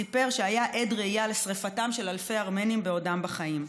סיפר שהיה עד ראייה לשרפתם של אלפי ארמנים בעודם בחיים.